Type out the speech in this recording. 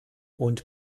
und